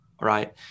right